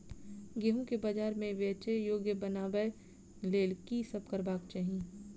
गेंहूँ केँ बजार मे बेचै योग्य बनाबय लेल की सब करबाक चाहि?